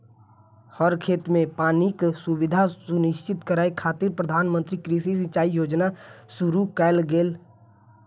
हर खेत कें पानिक सुविधा सुनिश्चित करै खातिर प्रधानमंत्री कृषि सिंचाइ योजना शुरू कैल गेलै